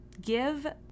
give